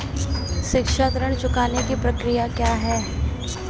शिक्षा ऋण चुकाने की प्रक्रिया क्या है?